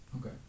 Okay